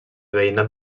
veïnat